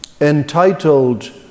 entitled